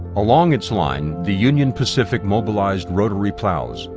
along its line, the union pacific mobilized rotary plows,